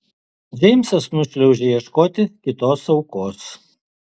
džeimsas nušliaužia ieškoti kitos aukos